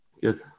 good